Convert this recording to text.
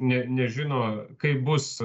nė nežino kaip bus